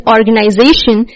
Organization